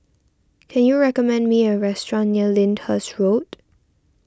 can you recommend me a restaurant near Lyndhurst Road